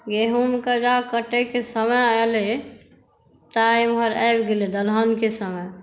गहूॅंमके जा कटैक समय एलै तऽ एमहर आबि गेलै दलहनके समय